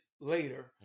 later